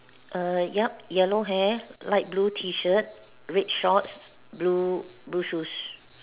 err ya yellow hair light blue T shirt red shorts blue blue shoes